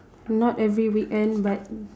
not every weekend but